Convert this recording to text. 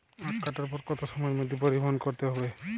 আখ কাটার পর কত সময়ের মধ্যে পরিবহন করতে হবে?